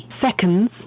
seconds